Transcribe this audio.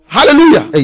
Hallelujah